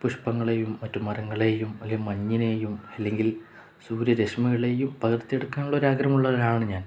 പുഷ്പങ്ങളെയും മറ്റു മരങ്ങളെയും അല്ലെങ്കിൽ മഞ്ഞിനെയും അല്ലെങ്കിൽ സൂര്യ രശ്മികളെയും പകർത്തിയെടുക്കാനുള്ള ഒരാഗ്രഹമുള്ള ഒരാളാണു ഞാൻ